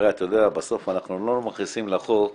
הרי אתה יודע בסוף אנחנו לא מכניסים לחוק